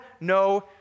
no